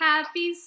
Happy